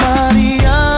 Maria